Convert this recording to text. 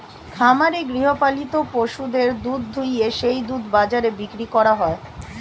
খামারে গৃহপালিত পশুদের দুধ দুইয়ে সেই দুধ বাজারে বিক্রি করা হয়